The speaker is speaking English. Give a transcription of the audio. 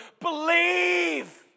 Believe